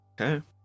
Okay